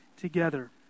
together